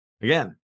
Again